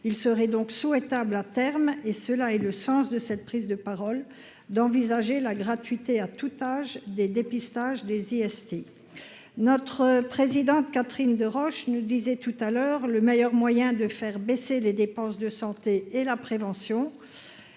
il serait donc souhaitable à terme et cela et le sens de cette prise de parole d'envisager la gratuité à tout âge des dépistage des IST, notre présidente Catherine Deroche ne disait tout à l'heure, le meilleur moyen de faire baisser les dépenses de santé et la prévention